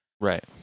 Right